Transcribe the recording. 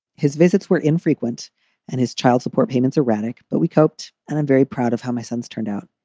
his visits were infrequent and his child support payments erratic. but we coped, and i'm very proud of how my sons turned out.